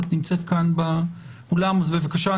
בבקשה.